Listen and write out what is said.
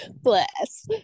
Bless